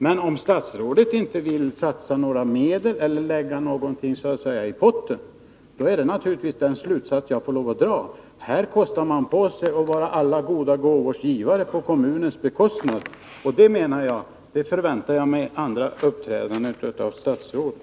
Men om statsrådet inte vill satsa några medel och lägga någonting så att säga i botten, då är naturligtvis den slutsats jag får lov att dra följande: Här kostar man på sig att vara alla goda gåvors givare på kommunens bekostnad. Jag förväntade mig ett annat uppträdande av statsrådet.